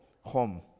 home